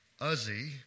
Uzi